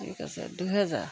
ঠিক আছে দুহেজাৰ